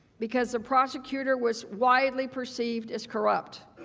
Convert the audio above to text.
because of prosecutor was widely perceived as corrupt.